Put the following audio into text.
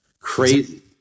crazy